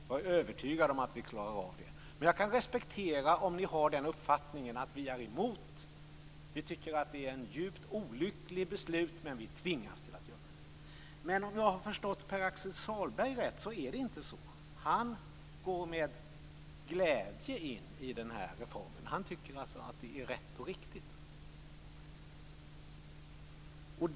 Jag är övertygad om att vi klarar av det, men jag kan respektera om ni har den uppfattningen att det är ett djupt olyckligt beslut men att ni tvingas till att fatta det. Men har jag förstått Pär Axel Sahlberg rätt så är det inte så. Han går med glädje in i den här reformen. Han tycker alltså att det är rätt och riktigt.